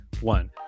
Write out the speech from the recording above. one